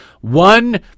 one